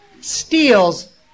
steals